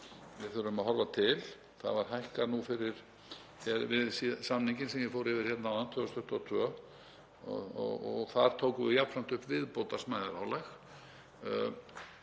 við þurfum að horfa til. Það var hækkað nú við samninginn sem ég fór yfir hérna áðan, frá 2022. Þar tókum við jafnframt upp viðbótarsmæðarálag